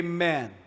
Amen।